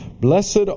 blessed